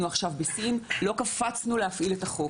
עכשיו בסין לא קפצנו להפעיל את החוק.